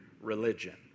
religion